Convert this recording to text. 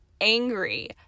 angry